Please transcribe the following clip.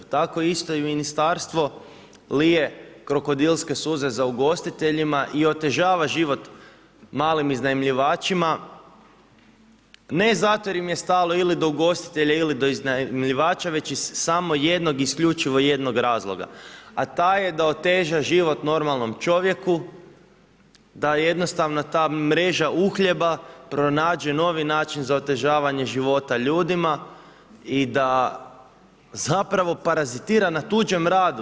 Tako isto i ministarstvo lije krokodilske suze za ugostiteljima i otežava život malim iznajmljivačima, ne zato jer im je stalo ili do ugostitelja ili do iznajmljivača, već iz samo jednog i isključivo jednog razloga, a taj je da oteža život normalnom čovjeku, da jednostavno ta mreža uhljeba pronađe novi način za otežavanje života ljudima i da zapravo parazitira na tuđem radu.